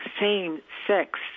same-sex